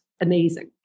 amazing